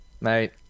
mate